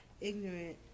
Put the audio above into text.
ignorant